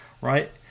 right